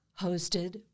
Hosted